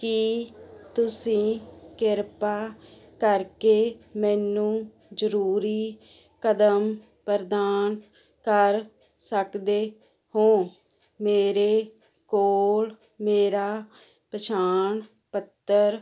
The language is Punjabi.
ਕੀ ਤੁਸੀਂ ਕਿਰਪਾ ਕਰਕੇ ਮੈਨੂੰ ਜ਼ਰੂਰੀ ਕਦਮ ਪ੍ਰਦਾਨ ਕਰ ਸਕਦੇ ਹੋ ਮੇਰੇ ਕੋਲ ਮੇਰਾ ਪਛਾਣ ਪੱਤਰ